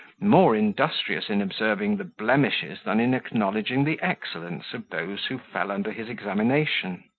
more industrious in observing the blemishes than in acknowledging the excellence of those who fell under his examination.